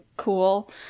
cool